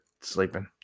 sleeping